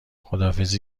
خداحافظی